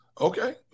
Okay